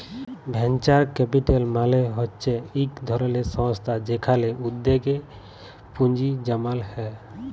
venture capital মালে হচ্যে ইক ধরলের সংস্থা যেখালে উদ্যগে পুঁজি জমাল হ্যয়ে